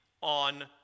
on